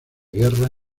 guerra